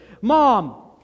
Mom